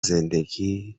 زندگی